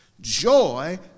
joy